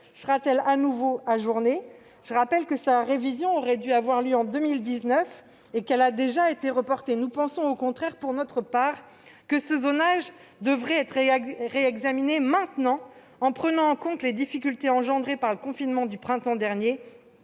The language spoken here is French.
Sera-t-il à nouveau ajourné ? Je rappelle que la révision de cette carte aurait dû avoir lieu en 2019 et qu'elle a déjà été reportée. Nous pensons au contraire que ce zonage devrait être réexaminé maintenant, pour prendre en compte les difficultés engendrées par le confinement du printemps dernier